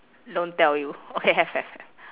don't tell you okay have have have